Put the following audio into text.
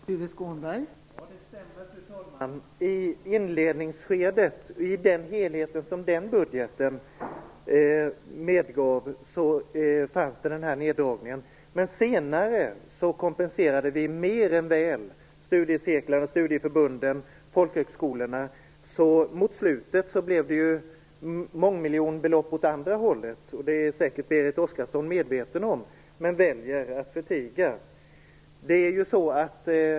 Fru talman! I inledningsskedet, med den helhet som den budgeten medgav, fanns den här neddragningen med, det stämmer. Men senare kompenserade vi mer än väl studiecirklarna, studieförbunden och folkhögskolorna, så mot slutet blev det mångmiljonbelopp åt andra hållet. Det är säkert Berit Oscarsson medveten om, men väljer att förtiga.